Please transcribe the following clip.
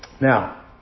Now